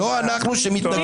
לא אנחנו שמתנגדים -- תודה.